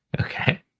okay